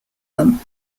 them